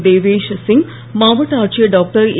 தேவேஷ் சிங் மாவட்ட ஆட்சியர் டாக்டர் ஏ